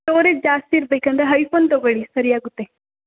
storage ಜಾಸ್ತಿ ಇರಬೇಕಂದ್ರೆ ಹೈಪೋನ್ ತಗೊಳ್ಳಿ ಸರಿಯಾಗುತ್ತೆ